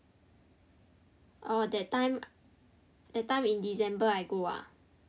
orh that time that time in december I go ah